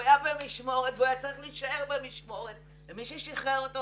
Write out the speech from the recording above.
הוא היה במשמורת והוא היה צריך להישאר במשמורת ומי ששחרר אותו,